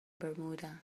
bermuda